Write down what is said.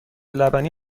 لبنی